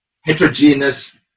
heterogeneous